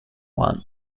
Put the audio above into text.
one